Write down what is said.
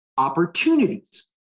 Opportunities